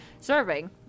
serving